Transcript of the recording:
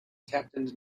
captained